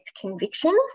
conviction